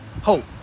hope